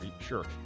Sure